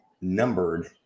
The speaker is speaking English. numbered